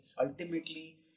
ultimately